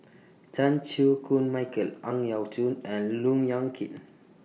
Chan Chew Koon Michael Ang Yau Choon and Look Yan Kit